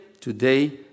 today